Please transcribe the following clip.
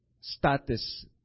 status